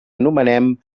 anomenem